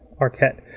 Arquette